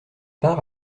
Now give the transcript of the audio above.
part